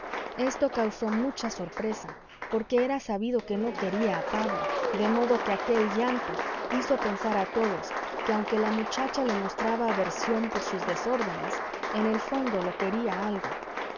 esto causó mucha sorpresa porque era sabido que no quería a pablo de modo que aquel llanto hizo pensar a todos que aunque la muchacha le mostraba aversión por sus desórdenes en el fondo lo quería algo